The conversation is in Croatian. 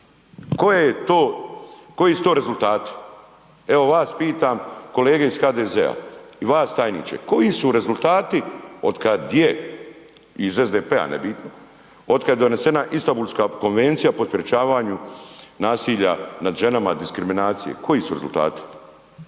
Koji su to rezultati? Evo vas pitam kolege iz HDZ-a i vas tajniče, koji su rezultati od kada je iz SDP-a nije bitno, od kada je donesena Istambulska konvencija o sprečavanju nasilja nad ženama, diskriminacije, koji su rezultati?